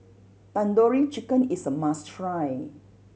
Tandoori Chicken is a must try